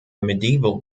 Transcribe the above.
medieval